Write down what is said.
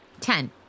Ten